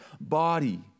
body